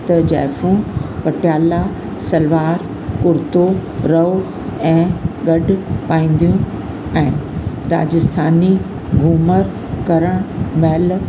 त जाइफ़ूं पटियाला सलवार कुर्तो रओ ऐं गॾु पाईंदियूं आहिनि राजस्थानी घूमर करण महिल